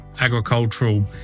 agricultural